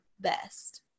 best